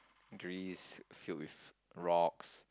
grease filled with rocks